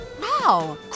Wow